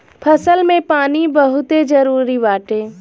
फसल में पानी बहुते जरुरी बाटे